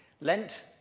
Lent